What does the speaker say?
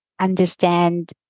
understand